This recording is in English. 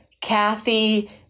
Kathy